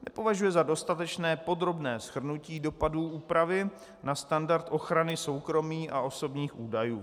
Nepovažuje za dostatečné podrobné shrnutí dopadů úpravy na standard ochrany soukromí a osobních údajů.